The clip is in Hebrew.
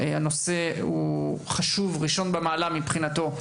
אין לי ספק שהנושא הזה הוא ראשון במעלה מבחינתו,